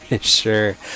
Sure